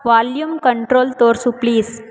volume control ತೋರಿಸು please